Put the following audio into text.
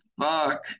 fuck